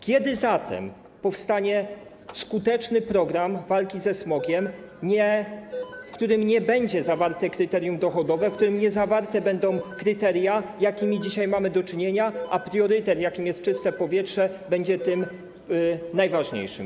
Kiedy zatem powstanie skuteczny program walki ze smogiem, w którym nie będzie zawarte kryterium dochodowe, w którym nie będą zawarte kryteria, z jakimi dzisiaj mamy do czynienia, a priorytet, jakim jest czyste powietrze, będzie tym najważniejszym?